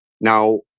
Now